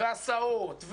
הסעות,